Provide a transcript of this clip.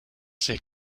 c’est